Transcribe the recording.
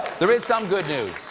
there is some good news.